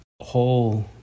whole